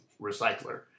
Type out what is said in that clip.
recycler